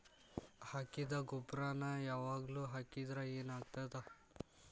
ಹಾಕಿದ್ದ ಗೊಬ್ಬರಾನೆ ಯಾವಾಗ್ಲೂ ಹಾಕಿದ್ರ ಏನ್ ಆಗ್ತದ?